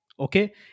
Okay